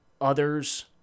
others